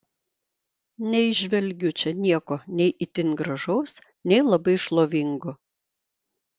neįžvelgiu čia nieko nei itin gražaus nei labai šlovingo